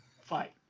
fight